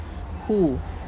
hu